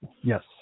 yes